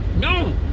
no